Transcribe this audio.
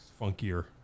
funkier